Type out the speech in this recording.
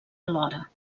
alhora